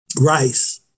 Rice